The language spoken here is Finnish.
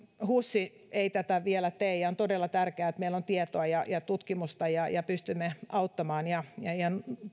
hus ei tätä vielä tee on todella tärkeää että meillä on tietoa ja ja tutkimusta ja ja pystymme auttamaan ja ja